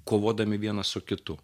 kovodami vienas su kitu